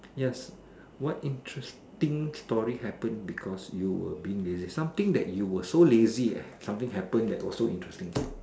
yes what interesting story happen because you were being lazy something that you were so lazy and something happen that was so interesting